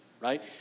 Right